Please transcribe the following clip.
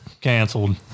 canceled